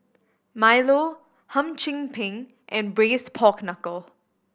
milo Hum Chim Peng and Braised Pork Knuckle